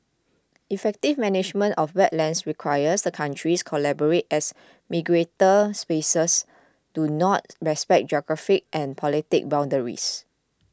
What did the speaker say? effective management of wetlands requires the countries collaborate as migratory species do not respect geographic and political boundaries